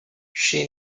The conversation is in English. she